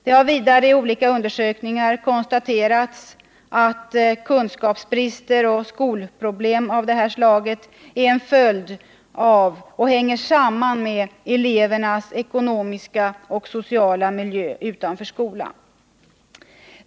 Det har vidare i olika undersökningar konstaterats att kunskapsbrister och skolproblem av detta slag är en följd av och hänger samman med elevernas ekonomiska och sociala miljö utanför skolan.